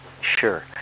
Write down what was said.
sure